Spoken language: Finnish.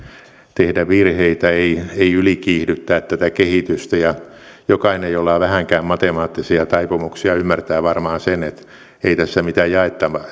tehdä virheitä ei ei ylikiihdyttää tätä kehitystä ja jokainen jolla on vähänkään matemaattisia taipumuksia ymmärtää varmaan sen että ei tässä mitään jaettavaa